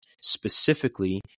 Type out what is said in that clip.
specifically